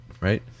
right